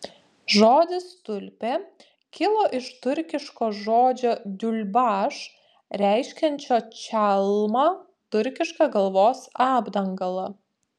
žodis tulpė kilo iš turkiško žodžio diulbaš reiškiančio čalmą turkišką galvos apdangalą